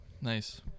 Nice